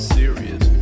serious